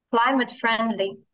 climate-friendly